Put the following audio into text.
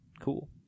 Cool